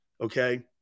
Okay